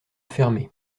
fermé